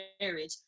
marriage